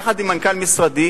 יחד עם מנכ"ל משרדי,